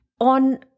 on